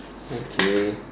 okay